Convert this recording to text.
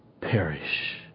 perish